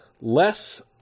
less